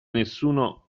nessuno